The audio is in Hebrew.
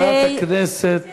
חברת הכנסת מירב בן ארי.